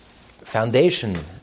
foundation